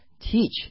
teach